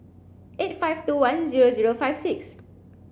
eight five two one zero zero five six